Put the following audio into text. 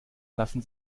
lassen